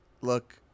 look